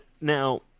Now